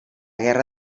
guerra